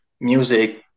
music